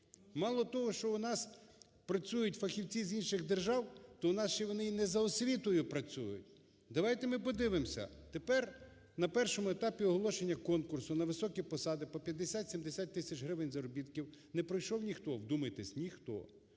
Мало того, що у нас працюють фахівці з інших держав, то у нас ще вони і не за освітою працюють. Давайте ми подивимося, тепер, на першому етапі оголошення конкурсу, на високі посади по 50-70 тисяч гривень заробітків не пройшов ніхто, вдумайтесь, ніхто.